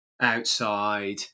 outside